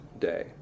day